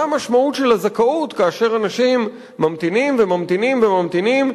מה המשמעות של הזכאות כאשר אנשים ממתינים וממתינים וממתינים,